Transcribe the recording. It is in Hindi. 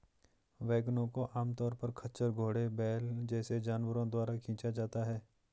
वैगनों को आमतौर पर खच्चर, घोड़े, बैल जैसे जानवरों द्वारा खींचा जाता है